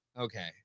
okay